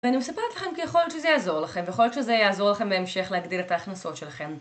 ואני מספרת לכם כי יכול להיות שזה יעזור לכם, ויכול להיות שזה יעזור לכם בהמשך להגדיל את ההכנסות שלכם